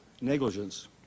negligence